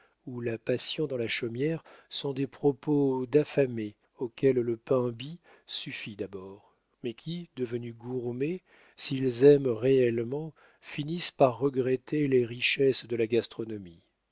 ou la passion dans la chaumière sont des propos d'affamés auxquels le pain bis suffit d'abord mais qui devenus gourmets s'ils aiment réellement finissent par regretter les richesses de la gastronomie